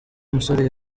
musore